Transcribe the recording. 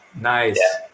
Nice